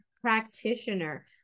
practitioner